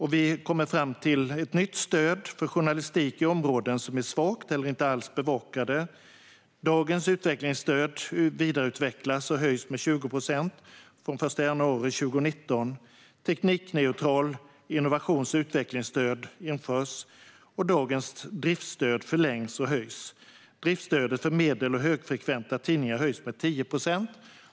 Där kom vi fram till ett nytt stöd för journalistik i områden som är svagt eller inte alls bevakade. Dagens utvecklingsstöd vidareutvecklas och höjs med 20 procent från den 1 januari 2019. Teknikneutralt innovations och utvecklingsstöd införs, och dagens driftsstöd förlängs och höjs. Driftsstödet för medel och högfrekventa tidningar höjs med 10 procent.